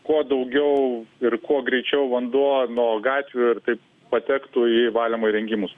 kuo daugiau ir kuo greičiau vanduo nuo gatvių ir taip patektų į valymo įrengimus